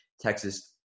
Texas